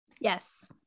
Yes